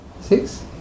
six